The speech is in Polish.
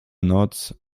noc